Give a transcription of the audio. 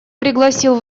пригласил